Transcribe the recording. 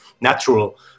natural